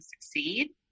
succeed